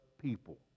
people